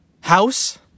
house